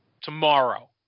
tomorrow